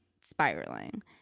spiraling